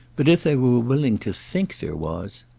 but if they were willing to think there was!